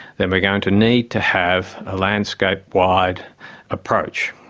then we're going to need to have a landscape-wide approach.